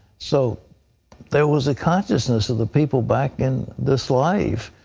so there was a consciousness of the people back in this life.